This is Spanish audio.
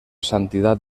santidad